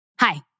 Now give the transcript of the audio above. Hi